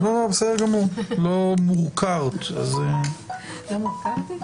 לא על מנת לפתוח מחדש את הדיון,